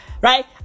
Right